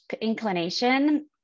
inclination